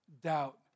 Doubt